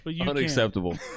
unacceptable